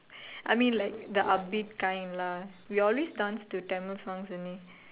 I mean like the upbeat kind lah we always dance to Tamil songs only